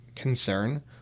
concern